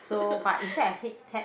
so but in fact I hate pet